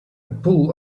pool